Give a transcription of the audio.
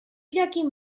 jakin